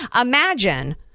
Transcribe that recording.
Imagine